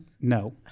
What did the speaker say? No